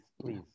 please